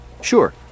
Sure